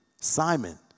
Simon